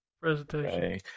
presentation